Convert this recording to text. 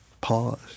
Pause